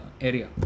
area